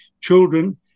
children